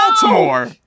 baltimore